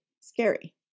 scary